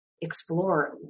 explore